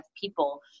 people